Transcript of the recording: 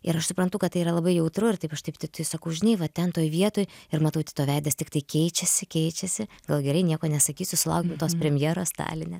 ir aš suprantu kad tai yra labai jautru ir taip aš taip titui sakau žinai va ten toj vietoj ir matau tito veidas tiktai keičiasi keičiasi gal gerai nieko nesakysiu sulaukiau tos premjeros taline